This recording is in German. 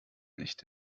nicht